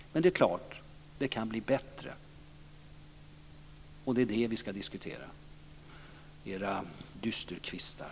Men det är klart att det kan bli bättre, och det är det vi skall diskutera, era dysterkvistar.